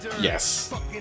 Yes